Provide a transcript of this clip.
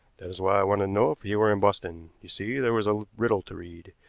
that is why i wanted to know if he were in boston. you see, there was a riddle to read,